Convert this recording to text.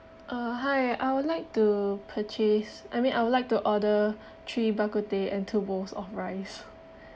uh hi I would like to purchase I mean I would like to order three bak kut teh and two bowls of rice